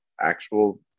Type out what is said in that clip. actual